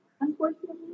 unfortunately